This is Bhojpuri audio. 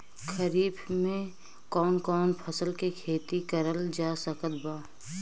खरीफ मे कौन कौन फसल के खेती करल जा सकत बा?